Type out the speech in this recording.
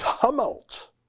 tumult